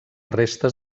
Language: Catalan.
restes